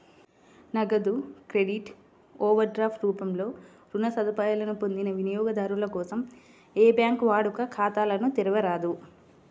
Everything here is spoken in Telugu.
నగదు క్రెడిట్, ఓవర్ డ్రాఫ్ట్ రూపంలో రుణ సదుపాయాలను పొందిన వినియోగదారుల కోసం ఏ బ్యాంకూ వాడుక ఖాతాలను తెరవరాదు